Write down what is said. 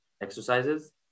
exercises